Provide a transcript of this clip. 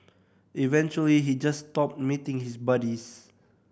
eventually he just stopped meeting his buddies